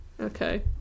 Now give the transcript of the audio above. Okay